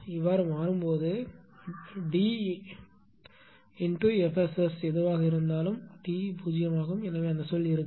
ஆக மாறும் போது எனவே D x F SS எதுவாக இருந்தாலும் D 0 ஆகும் எனவே அந்த சொல் இருக்காது